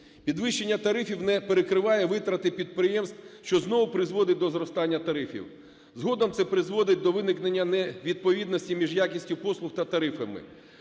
Підвищення тарифів не перекриває витрати підприємств, що знову призводить до зростання тарифів. Згодом це призводить до виникнення невідповідності між якістю послуг та тарифами.